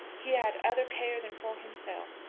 he had other care than for himself.